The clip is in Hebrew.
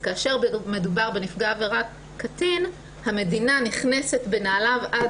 כאשר מדובר בנפגע עבירה קטין המדינה נכנסת בנעליו עד